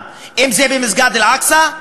אם במסגד אל-אקצא,